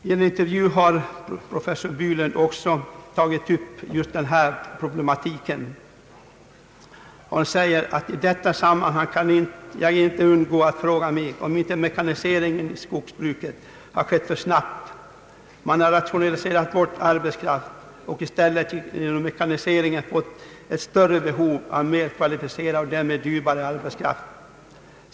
I en intervju har professor Bylund tagit upp just dessa problem och sagt: »I detta sammanhang kan jag inte undgå att fråga mig om inte mekaniseringen i skogsbruket har skett för snabbt. Man har rationaliserat bort arbetskraft och i stället genom mekaniseringen fått större behov av mer kvalificerad och därmed dyrare arbetskraft.